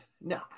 no